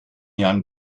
jahren